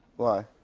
why?